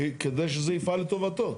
כדי זה יפעל לטובתו.